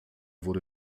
wurde